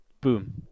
boom